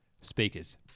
Speakers